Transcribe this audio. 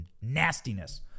nastiness